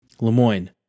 Lemoyne